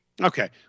Okay